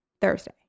Thursday